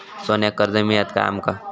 सोन्याक कर्ज मिळात काय आमका?